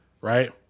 Right